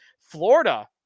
Florida